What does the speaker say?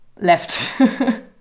left